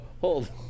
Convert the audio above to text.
hold